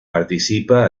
participa